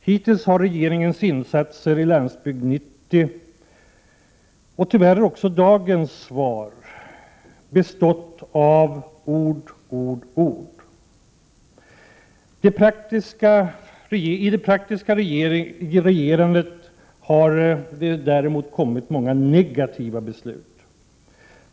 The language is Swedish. Hittills har regeringens insatser i Landsbygd 90, och tyvärr också i dagens svar, bestått av ord, ord, ord. I det praktiska regerandet har det däremot kommit många negativa beslut.